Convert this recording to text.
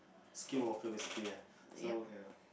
skin walker basically ah so ya